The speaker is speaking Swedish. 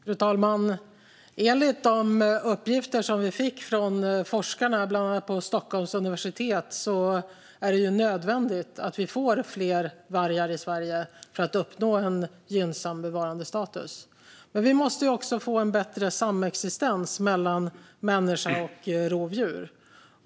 Fru talman! Enligt de uppgifter som vi fick från forskare på bland annat Stockholms universitet är det nödvändigt att vi får fler vargar i Sverige för att uppnå en gynnsam bevarandestatus. Men vi måste också få en bättre samexistens mellan människa och rovdjur.